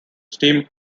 steam